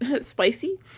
spicy